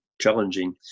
challenging